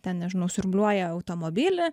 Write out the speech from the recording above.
ten nežinau siurbliuoja automobilį